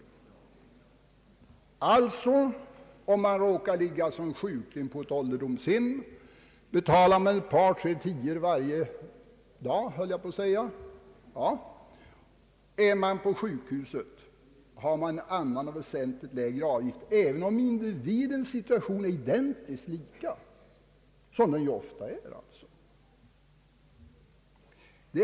Om man alltså råkar ligga som sjukling på ett ålderdomshem så betalar man ett par tre tior per dag. Ligger man på sjukhus blir det en väsentligt lägre avgift även om situationen för övrigt är lika, som ofta är fallet.